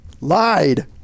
lied